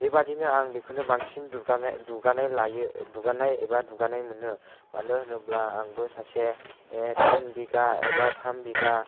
बेबादिनो आं बेखौनो बांसिन दुगानाय दुगानानै लायो दुगानाय एबा दुगानाय मोनो मानो होनोब्ला आंबो सासे थिन बिगा एबा थाम बिगा